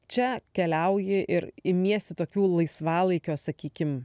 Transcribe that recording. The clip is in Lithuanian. čia keliauji ir imiesi tokių laisvalaikio sakykim